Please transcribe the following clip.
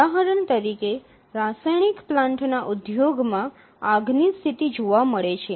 ઉદાહરણ તરીકે રાસાયણિક પ્લાન્ટના ઉદ્યોગમાં આગની સ્થિતિ જોવા મળે છે